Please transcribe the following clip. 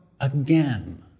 again